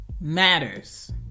matters